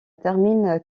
termine